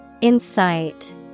Insight